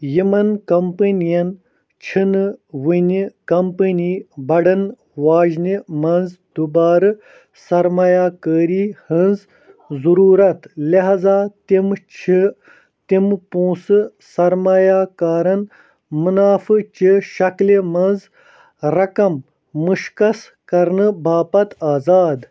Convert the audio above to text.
یِمَن کمپنیَن چھِنہٕ وُنہِ کمپٔنی بڑھَن واجنہِ منٛز دوبارٕ سرمایہ كٲری ہٕنٛز ضروٗرت لحاظہ تِم چھِ تِم پونٛسہٕ سرمایہِ کارَن منافعہٕ چہِ شکلہِ منٛز رقم مُشخص کرنہٕ باپتھ آزاد